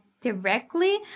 directly